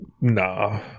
nah